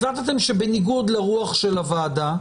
החלטתם שבניגוד לרוח הוועדה,